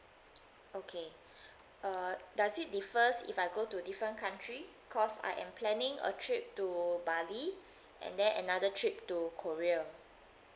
okay uh does it differs if I go to a different country cause I am planning a trip to bali and then another trip to korea